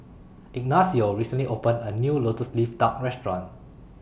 Ignacio recently opened A New Lotus Leaf Duck Restaurant